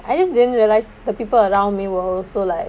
I just didn't realise the people around me were also like